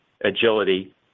agility